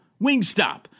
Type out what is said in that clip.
Wingstop